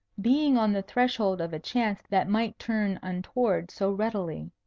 being on the threshold of a chance that might turn untoward so readily.